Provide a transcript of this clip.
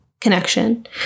connection